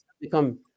become